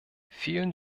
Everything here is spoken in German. vielen